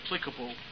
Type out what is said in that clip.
applicable